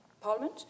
Parliament